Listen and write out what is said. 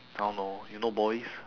I don't know you know boys